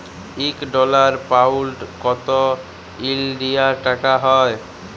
ইক dollar, pound কত ইলডিয়াল টাকা হ্যয়